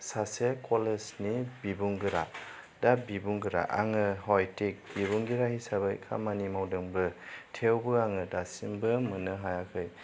सासे कलेजनि बिबुंगोरा दा बिबुंगोरा आङो हय थिख बिबुंगोरा हिसाबै खामानि मावदोंबो थेवबो आङो दासिमबो मोन्नो हायाखै